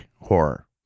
horror